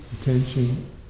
attention